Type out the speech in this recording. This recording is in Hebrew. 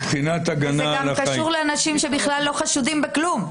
זה גם קשור לאנשים שלא חשודים בכלום.